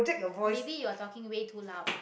maybe you are talking way too loud